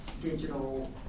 digital